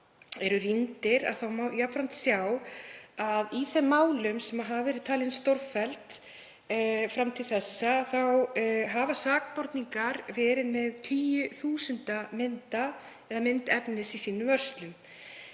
eru rýndir má jafnframt sjá að í þeim málum sem hafa verið talin stórfelld fram til þessa hafa sakborningar verið með tugi þúsunda mynda eða myndbanda í fórum